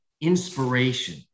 inspiration